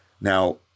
Now